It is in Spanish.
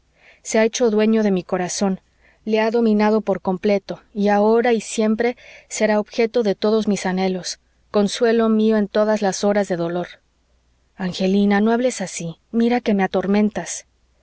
se ha hecho dueño de mi corazón le ha dominado por completo y ahora y siempre será objeto de todos mis anhelos consuelo mío en todas las horas de dolor angelina no hables así mira que me atormentas